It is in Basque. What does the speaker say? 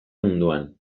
munduan